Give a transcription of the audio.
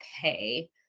pay